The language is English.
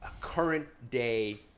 current-day